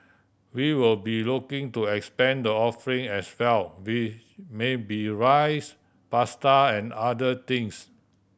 we will be looking to expand the offering as well with maybe rice pasta and other things